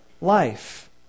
life